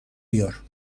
بیار